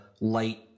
light